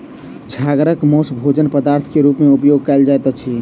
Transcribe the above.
छागरक मौस भोजन पदार्थ के रूप में उपयोग कयल जाइत अछि